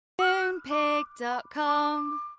Moonpig.com